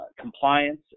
compliance